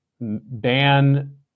ban